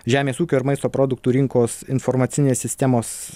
žemės ūkio ir maisto produktų rinkos informacinės sistemos